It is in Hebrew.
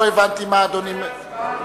לא הבנתי מה אדוני שואל.